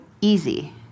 easy